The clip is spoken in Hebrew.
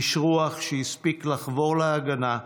איש רוח שהספיק לחבור ל"הגנה",